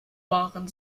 waren